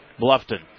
Bluffton